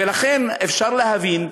ולכן, אפשר להבין,